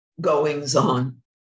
goings-on